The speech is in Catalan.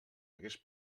hagués